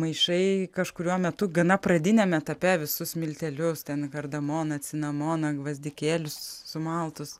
maišai kažkuriuo metu gana pradiniam etape visus miltelius ten kardamoną cinamoną gvazdikėlius sumaltus